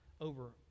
over